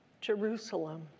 Jerusalem